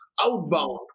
outbound